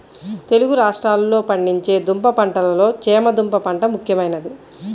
తెలుగు రాష్ట్రాలలో పండించే దుంప పంటలలో చేమ దుంప పంట ముఖ్యమైనది